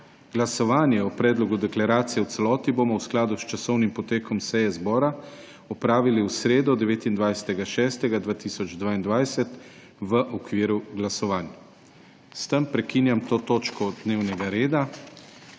Glasovanje o predlogu deklaracije v celoti bomo v skladu s časovnim potekom seje zbora opravili v sredo, 29. 6. 2022, v okviru glasovanj. S tem prekinjam to točko dnevnega reda.